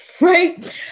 right